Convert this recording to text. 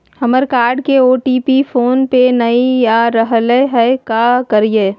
हमर कार्ड के OTP phone पे नई आ रहलई हई, का करयई?